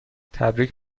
تبریک